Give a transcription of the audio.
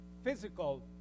physical